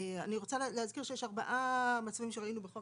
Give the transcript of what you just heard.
אני רוצה להזכיר שיש ארבעה מסלולים שראינו בחוק